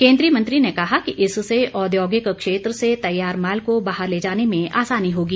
केंद्रीय मंत्री ने कहा कि इससे औद्योगिक क्षेत्र से तैयार माल को बाहर ले जाने में आसानी होगी